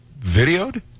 videoed